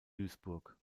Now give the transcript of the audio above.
duisburg